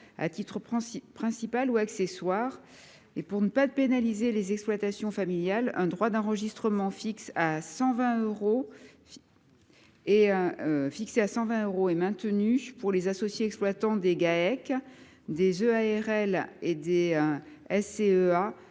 à titre principal ou accessoire. Pour ne pas pénaliser les exploitations familiales, un droit d’enregistrement fixe de 125 euros serait maintenu pour les associés exploitants des groupements